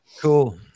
cool